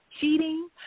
Cheating